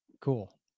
Cool